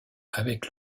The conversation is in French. avec